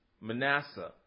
Manasseh